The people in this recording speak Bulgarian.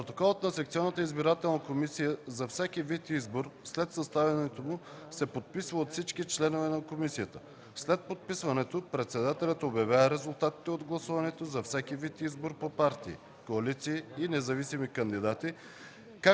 Протоколът на секционната избирателна комисия за всеки вид избор след съставянето му се подписва от всички членове на комисията. След подписването председателят обявява резултатите от гласуването за всеки вид избор по партии, коалиции и независими кандидати,